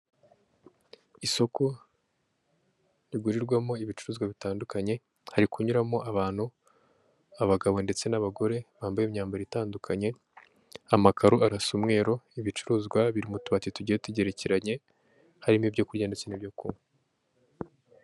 Isoko rigurirwamo ibicuruzwa bitandukanye, hari kunyuramo abantu, abagabo ndetse n'abagore bambaye imyambaro itandukanye, amakaro arasa umweru, ibicuruzwa biri mu tubati tugiye tugerekeranye, harimo ibyo kurya ndetse n'ibyo kunywa.